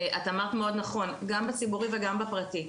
את אמרת מאוד נכון, גם בציבורי וגם בפרטי.